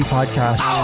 Podcast